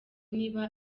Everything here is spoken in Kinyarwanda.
niba